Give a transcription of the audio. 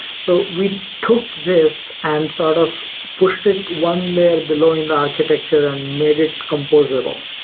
so we took this and sort of pushed it one layer below in the architecture and made it composable,